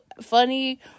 funny